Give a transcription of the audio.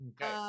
Okay